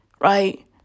Right